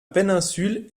péninsule